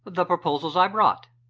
the proposals i brought.